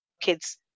kids